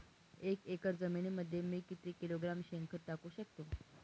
एक एकर जमिनीमध्ये मी किती किलोग्रॅम शेणखत टाकू शकतो?